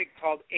called